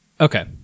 Okay